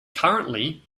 currently